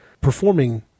performing